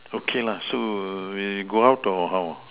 okay lah so we go out or how